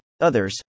Others